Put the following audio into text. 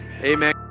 Amen